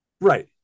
right